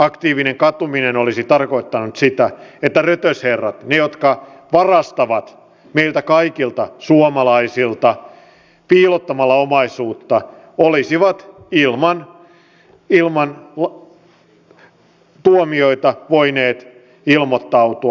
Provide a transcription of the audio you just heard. aktiivinen katuminen olisi tarkoittanut sitä että rötösherrat ne jotka varastavat meiltä kaikilta suomalaisilta piilottamalla omaisuutta olisivat ilman tuomioita voineet ilmoittautua